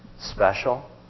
special